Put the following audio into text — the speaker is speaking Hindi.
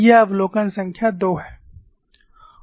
यह अवलोकन संख्या दो है